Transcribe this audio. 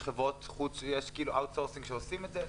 יש חברות outsourcing שעושות את זה.